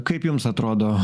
kaip jums atrodo